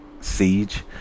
Siege